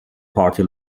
party